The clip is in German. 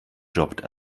jobbt